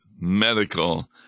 medical